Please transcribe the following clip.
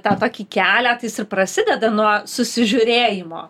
tą tokį kelią tai is ir prasideda nuo susižiūrėjimo